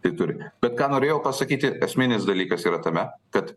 tai turime ką norėjau pasakyti esminis dalykas yra tame kad